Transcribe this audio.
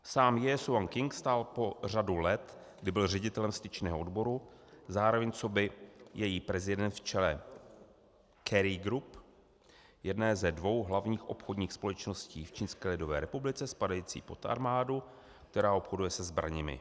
Sám Jie Suanjing stál po řadu let, kdy byl ředitelem Styčného odboru, zároveň coby její prezident v čele Carrie Group, jedné ze dvou hlavních obchodních společností v Čínské lidové republice spadajících pod armádu, která obchoduje se zbraněmi.